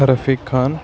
Rafiq Khan